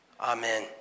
Amen